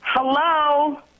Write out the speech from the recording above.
Hello